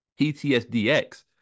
PTSDX